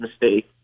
mistake